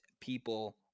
people